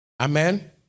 Amen